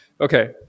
okay